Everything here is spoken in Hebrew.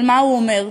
אבל מה הוא אומר?